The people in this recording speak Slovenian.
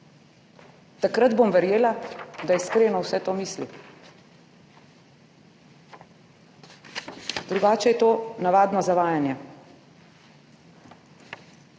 Takrat bom verjela, da iskreno vse to misli, drugače je to navadno zavajanje.